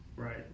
Right